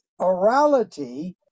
orality